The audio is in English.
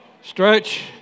Stretch